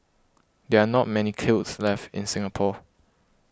there are not many kilns left in Singapore